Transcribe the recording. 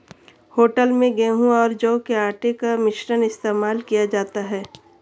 hotel में गेहूं और जौ के आटे का मिश्रण इस्तेमाल किया जाता है